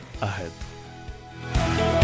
ahead